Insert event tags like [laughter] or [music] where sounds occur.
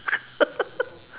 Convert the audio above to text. [laughs]